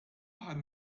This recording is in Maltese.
baħar